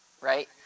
right